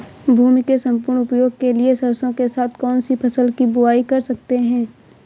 भूमि के सम्पूर्ण उपयोग के लिए सरसो के साथ कौन सी फसल की बुआई कर सकते हैं?